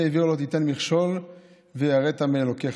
עִוֵּר לא תתן מכשול ויראת מאלקיך".